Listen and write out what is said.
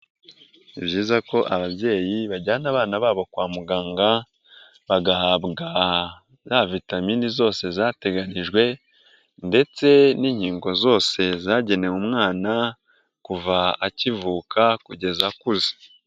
Ni byiza ko ababyeyi bajyana abana babo kwa muganga bagahabwa za vitaminini zose zateganjwe ndetse n'inkingo zose zagenewe umwana kuva akivuka kugeza akuze.